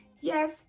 Yes